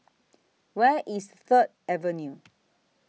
Where IS Third Avenue